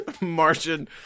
Martian